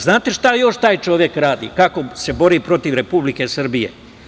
Znate li šta taj čovek radi, kako se bori protiv Republike Srbije?